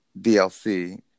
DLC